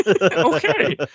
Okay